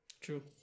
True